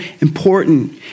important